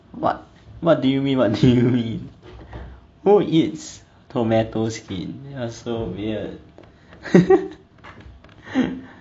what what do you mean what do you mean who eats tomato skin you're so weird